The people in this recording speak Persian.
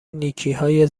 نیکیهای